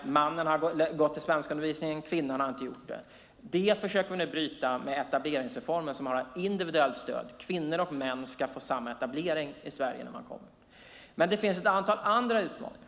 Männen har gått på svenskundervisning. Kvinnorna har inte gjort det. Detta försöker vi nu bryta med etableringsreformen som handlar om individuellt stöd; kvinnor och män ska få samma etablering i Sverige när de kommer. Det finns ett antal andra utmaningar.